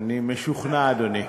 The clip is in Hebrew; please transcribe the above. אני משוכנע, אדוני.